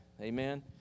amen